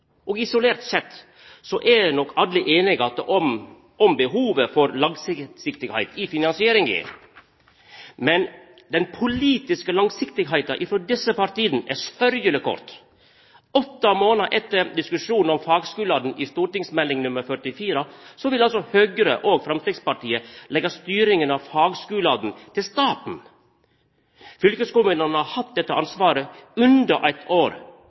Isolert sett er nok alle einige om behovet for langsiktigheit i finansieringa, men den politiske langsiktigheita frå desse partia er sørgjeleg kort. Åtte månader etter diskusjonen om fagskulane i St.meld. nr. 44 for 2008–2009 vil altså Høgre og Framstegspartiet leggja styringa av fagskulane til staten. Fylkeskommunane har hatt dette ansvaret i under eitt år.